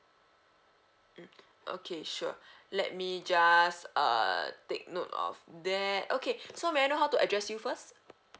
mm okay sure let me just uh take note of that okay so may I know how to address you first